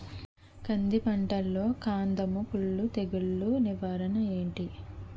కంది పంటలో కందము కుల్లు తెగులు నివారణ ఏంటి?